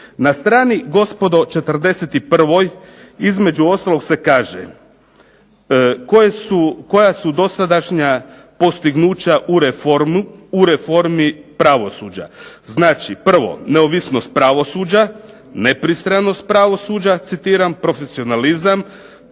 Na strani gospodo 41 između ostalog se kaže koja su dosadašnja postignuća u reformi pravosuđa. Znači prvo neovisnost pravosuđa, nepristranost pravosuđa, citiram, profesionalizam,